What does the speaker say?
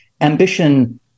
ambition